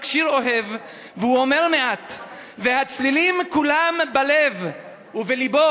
רק שיר אוהב / והוא אומר מעט / והצלילים כולם בלב ובלבו,